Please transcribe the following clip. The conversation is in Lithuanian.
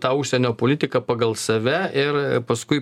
tą užsienio politiką pagal save ir paskui